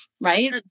Right